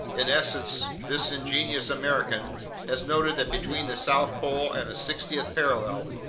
in essence, this ingenious american has noted that between the south pole and the sixtieth parallel,